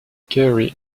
gerry